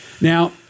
Now